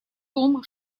том